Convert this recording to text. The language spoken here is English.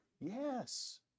Yes